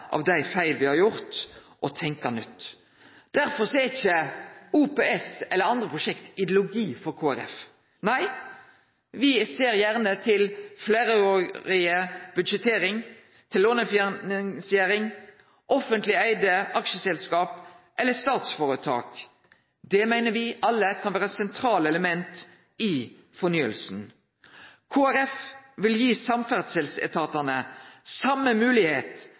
av dei feila me har gjort, og tenkje nytt. Derfor er ikkje OPS eller andre prosjekt ideologi for Kristeleg Folkeparti. Nei, me ser gjerne til fleirårig budsjettering, til lånefinansiering, offentleg eigde aksjeselskap eller statsføretak. Det meiner me alle kan vere sentrale element i fornyinga. Kristeleg Folkeparti vil gi samferdselsetatane same